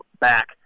back